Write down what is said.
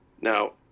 now